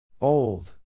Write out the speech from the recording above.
Old